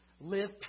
live